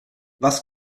was